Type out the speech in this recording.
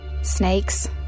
Snakes